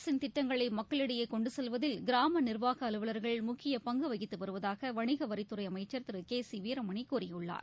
அரசின் திட்டங்களை மக்களிடையே கொண்டு செல்வதில் கிராம நிர்வாக அலுவவர்கள் முக்கிய பங்கு வகித்து வருவதாக வணிக வரித்துறை அமைச்சர் திரு கே சி வீரமணி கூறியுள்ளார்